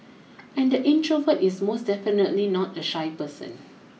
and the introvert is most definitely not a shy person